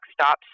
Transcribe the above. stops